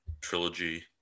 trilogy